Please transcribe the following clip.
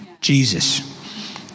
Jesus